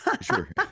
Sure